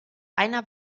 einer